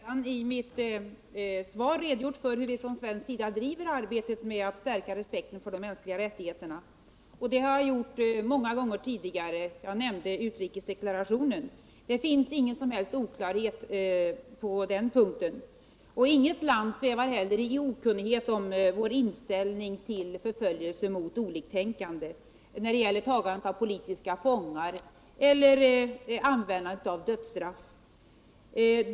Herr talman! Jag har redan i mitt svar redogjort för hur vi från svensk sida driver arbetet med att stärka respekten för de mänskliga rättigheterna. Detta har jag också gjort många gånger tidigare — jag hänvisade i det sammanhanget till utrikesdeklarationen. Det finns således ingen som helst oklarhet på den punkten. Inget land svävar heller i okunnighet om vår inställning när det gäller förföljelse mot oliktänkande, tagandet av politiska fångar eller användandet av dödsstraff.